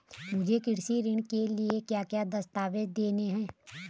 मुझे कृषि ऋण के लिए क्या क्या दस्तावेज़ देने हैं?